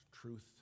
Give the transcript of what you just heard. truth